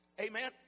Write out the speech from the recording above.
Amen